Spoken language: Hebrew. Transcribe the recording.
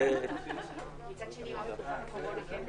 הכנסתי פה סייג,